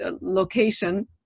location